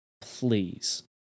please